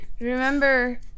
Remember